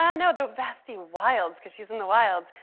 ah know the vasty wilds, because she's in the wilds.